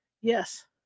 Yes